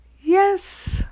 Yes